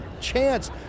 chance